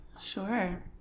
Sure